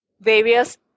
various